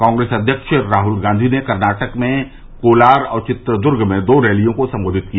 कांग्रेस अध्यक्ष राहुल गांधी ने कर्नाटक में कोलार और चित्रदुर्ग में दो रैलियों को सम्बोधित किया